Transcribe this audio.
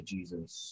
Jesus